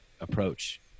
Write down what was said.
approach